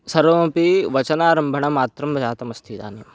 सर्वमपि वचनारम्भणमात्रं जातमस्ति इदानीं